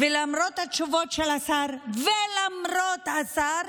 למרות התשובות של השר ולמרות השר,